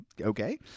Okay